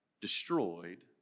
destroyed